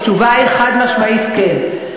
התשובה היא חד-משמעית כן.